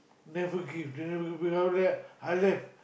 never give they never give before that I left